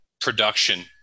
production